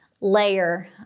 layer